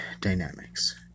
dynamics